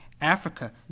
Africa